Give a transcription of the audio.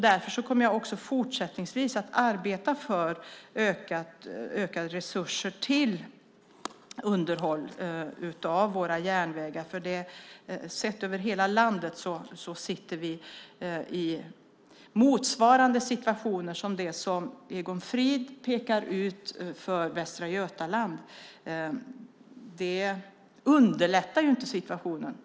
Därför kommer jag också fortsättningsvis att arbeta för ökade resurser till underhåll av våra järnvägar. Över hela landet är vi i en motsvarande situation som den i Västra Götaland som Egon Frid pekar på.